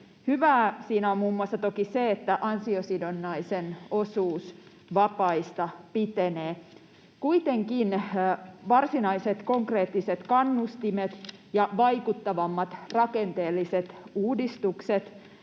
Hyvää siinä on toki muun muassa se, että ansiosidonnaisen osuus vapaista pitenee. Kuitenkin varsinaiset konkreettiset kannustimet ja vaikuttavammat rakenteelliset uudistukset